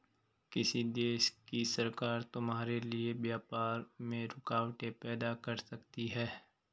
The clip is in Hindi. किसी देश की सरकार तुम्हारे लिए व्यापार में रुकावटें पैदा कर सकती हैं